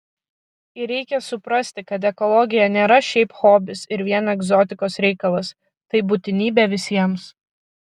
ir reikia suprasti kad ekologija nėra šiaip hobis ir vien egzotikos reikalas tai būtinybė visiems